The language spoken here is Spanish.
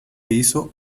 hizo